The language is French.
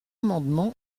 amendement